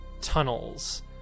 tunnels